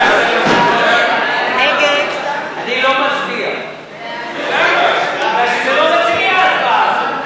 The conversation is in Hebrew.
אני לא מצביע מפני שזה לא רציני, ההצבעה הזאת.